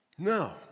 No